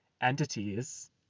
entities